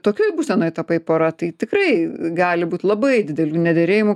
tokioj būsenoj tapai pora tai tikrai gali būt labai didelių nederėjimų